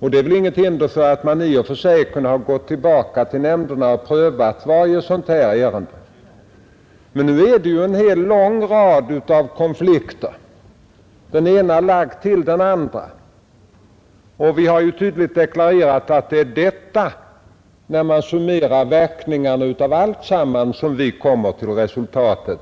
Det var väl inte i och för sig något som hindrade att man kunde ha gått tillbaka till nämnderna och prövat varje sådant här ärende. Men nu är det ju en lång rad av konflikter, den ena lagd till den andra. Vi har tydligt deklarerat att det är när vi summerar verkningarna av allt detta som vi kommer till resultatet